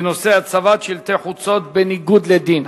בנושא: הצבת שלטי חוצות בניגוד לדין.